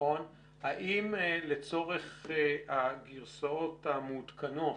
האם לצורך הגרסאות המעודכנות